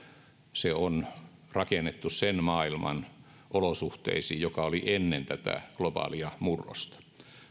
se on rakennettu sen maailman olosuhteisiin joka oli ennen tätä globaalia murrosta